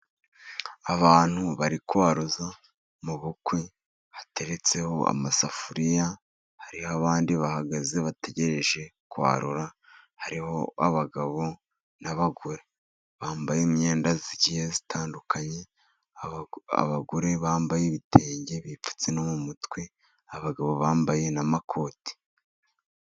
Abantu bari kwaruza mu bukwe hateretseho amasafuriya, hariho abandi bahagaze bategereje kwarura, hariho abagabo n'abagore bambaye imyenda igiye itandukanye, abagore bambaye ibitenge bipfutse no mu mutwe, abagabo bambaye n'amakoti.